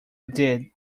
did